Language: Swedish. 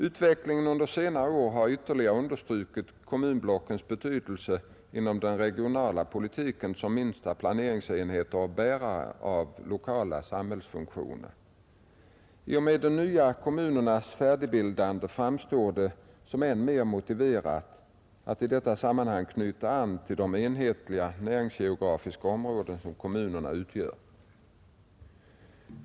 Utvecklingen under senare år har ytterligare understrukit kommunblockens betydelse inom den regionala politiken som minsta planeringsenheter och bärare av de lokala samhällsfunktionerna. I och med att de nya kommunerna färdigbildas framstår det som än mera motiverat att i detta sammanhang knyta till de enhetliga näringsgeografiska områden som kommunerna utgör.